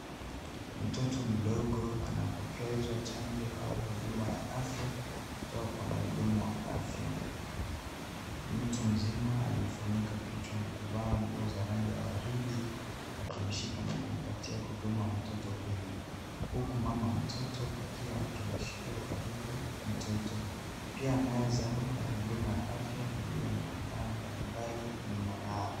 Mtoto mdogo anapokezwa chanjo au huduma ya afya, kutoka kwa mhudumu wa afya. Mtu mzima aliyefunika kichwa na kuvaa nguo za rangi ya waridi, akimshika na kumpatia huduma mtoto huyu, huku mama mtoto akiwa akimshikia karibu mtoto. Pia meza ya huduma afya iliyo na vifaa mbalimbali nyuma yao.